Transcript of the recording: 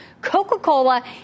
Coca-Cola